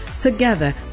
Together